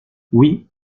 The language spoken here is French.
oui